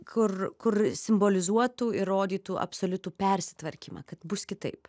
kur kur simbolizuotų įrodytų absoliutų persitvarkymą kad bus kitaip